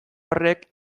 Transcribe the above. horrek